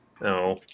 No